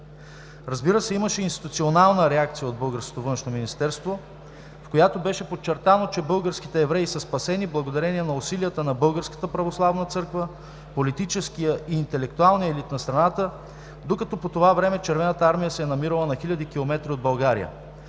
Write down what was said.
Разбира се, имаше институционална реакция от българското Външно министерство, в която беше подчертано, че българските евреи са спасени благодарение на усилията на Българската православна църква, политическия и интелекуталния елит на страната, докато по това време Червената армия се е намирала на хиляди километри от България.